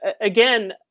again